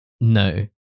No